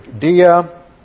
Dia